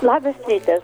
labas rytas